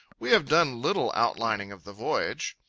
we have done little outlining of the voyage.